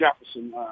Jefferson